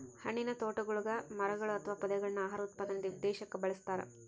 ಹಣ್ಣಿನತೋಟಗುಳಗ ಮರಗಳು ಅಥವಾ ಪೊದೆಗಳನ್ನು ಆಹಾರ ಉತ್ಪಾದನೆ ಉದ್ದೇಶಕ್ಕ ಬೆಳಸ್ತರ